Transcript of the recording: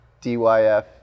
DYF